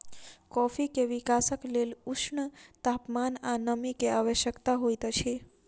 coffee के विकासक लेल ऊष्ण तापमान आ नमी के आवश्यकता होइत अछि